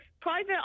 private